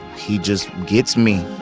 he just gets me.